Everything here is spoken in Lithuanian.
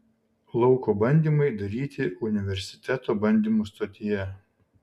lauko bandymai daryti universiteto bandymų stotyje